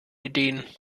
ideen